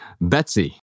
Betsy